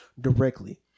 directly